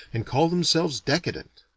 and call themselves decadent.